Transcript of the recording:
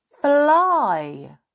fly